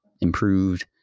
improved